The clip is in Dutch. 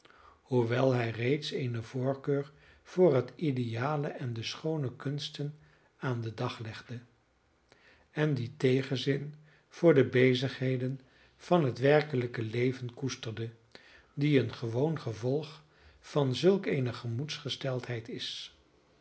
hoewel hij steeds eene voorkeur voor het ideale en de schoone kunsten aan den dag legde en dien tegenzin voor de bezigheden van het werkelijke leven koesterde die een gewoon gevolg van zulk eene gemoedsgesteldheid is